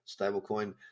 Stablecoin